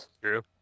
true